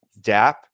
DAP